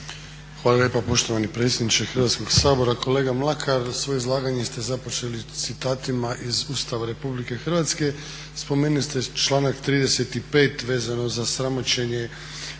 Hvala lijepa poštovani predsjedniče Hrvatskoga sabora. Kolega Mlakar svoje izlaganje ste započeli citatima iz Ustava Republike Hrvatske. Spomenuli ste članak 35 vezano za sramoćenje